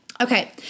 okay